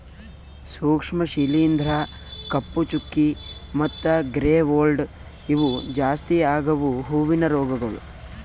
ಸೂಕ್ಷ್ಮ ಶಿಲೀಂಧ್ರ, ಕಪ್ಪು ಚುಕ್ಕಿ ಮತ್ತ ಗ್ರೇ ಮೋಲ್ಡ್ ಇವು ಜಾಸ್ತಿ ಆಗವು ಹೂವಿನ ರೋಗಗೊಳ್